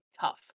tough